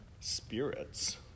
spirits